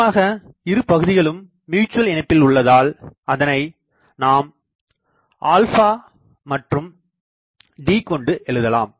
பொதுவாக இரு பகுதிகளும் மீச்சுவல் இணைப்பில்உள்ளதால் அதனைநாம் ஆல்ஃபா α மற்றும் d கொண்டு எழுதலாம்